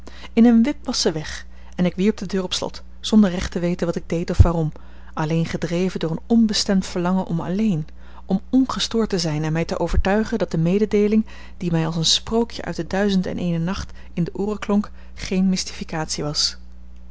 in een wip was ze weg en ik wierp de deur op slot zonder recht te weten wat ik deed of waarom alleen gedreven door een onbestemd verlangen om alleen om ongestoord te zijn en mij te overtuigen dat de mededeeling die mij als een sprookje uit de duizend en eene nacht in de ooren klonk geen mystificatie was